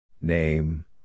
Name